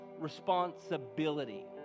responsibility